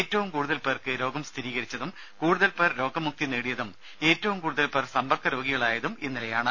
ഏറ്റവും കൂടുതൽ പേർക്ക് രോഗം സ്ഥിരീകരിച്ചതും കൂടുതൽ പേർ രോഗമുക്തി നേടിയതും ഏറ്റവും കൂടുതൽ പേർ സമ്പർക്ക രോഗികളായതും ഇന്നലെയാണ്